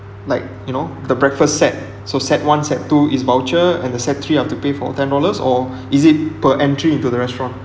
like you know the breakfast set so set one set two is voucher and the set three I have to pay for ten dollars or is it per entry into the restaurant